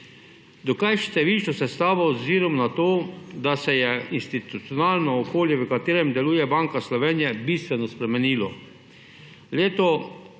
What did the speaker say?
dokaj številno sestavo z ozirom na to, da se je institucionalno okolje, v katerem deluje Banka Slovenije, bistveno spremenilo. Leta